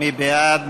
מי בעד?